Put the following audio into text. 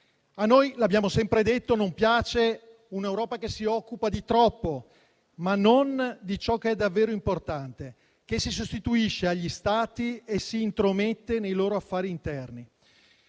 A noi - l'abbiamo sempre detto - non piace un'Europa che si occupa di troppo, ma non di ciò che è davvero importante, che si sostituisce agli Stati e si intromette nei loro affari interni.